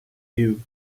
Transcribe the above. you